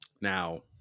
Now